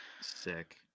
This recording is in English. Sick